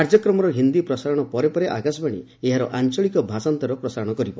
କାର୍ଯ୍ୟକ୍ରମର ହିନ୍ଦୀ ପ୍ରସାରଣ ପରେ ପରେ ଆକାଶବାଣୀ ଏହାର ଆଞ୍ଚଳିକ ଭାଷାନ୍ତରଣ ପ୍ରସାରଣ କରିବ